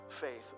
faith